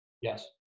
Yes